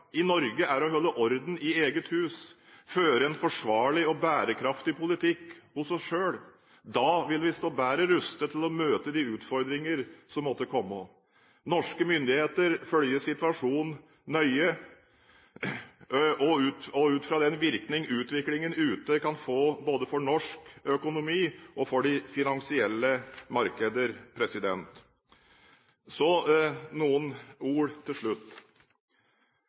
i Norge, er å holde orden i eget hus og føre en forsvarlig og bærekraftig politikk hos oss selv. Da vil vi stå bedre rustet til å møte de utfordringer som måtte komme. Norske myndigheter følger situasjonen nøye, og ut fra den virkning utviklingen ute kan få både for norsk økonomi og for de finansielle markeder. Så noen ord til slutt: